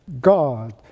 God